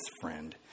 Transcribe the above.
friend